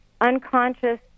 unconscious